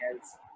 else